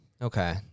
Okay